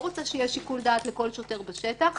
רוצה שיהיה שיקול דעת לכל שוטר בשטח.